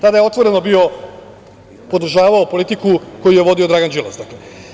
Tada je otvoreno podržavao politiku koju je vodio Dragan Đilas, dakle.